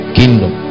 kingdom